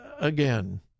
again